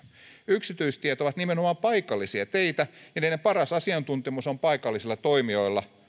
yksityistiet ovat nimenomaan paikallisia teitä ja niiden paras asiantuntemus on paikallisilla toimijoilla